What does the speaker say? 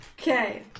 Okay